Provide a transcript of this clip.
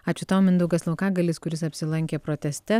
ačiū tau mindaugas laukagalis kuris apsilankė proteste